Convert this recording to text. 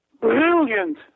brilliant